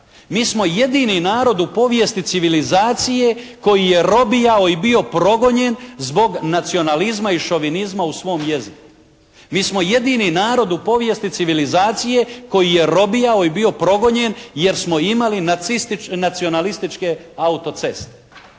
Mi smo jedini narod u povijesti civilizacije koji je robijao i bio progonjen zbog nacionalizma i šovinizma u svom jeziku. Mi smo jedini narod u povijesti civilizacije koji je robijao i bio progonjen jer smo imali nacionalističke autoceste.